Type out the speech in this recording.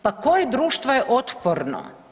Pa koje društvo je otporno?